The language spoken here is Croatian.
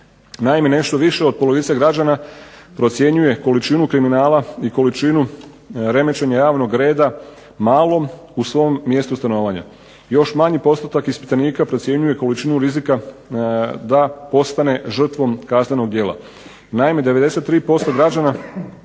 Naime, nešto više od polovice građana procjenjuje količinu kriminala i količinu remećenja javnog reda malom u svom mjestu stanovanja. Još manji postotak ispitanika procjenjuje količinu rizika da postane žrtvom kaznenog djela.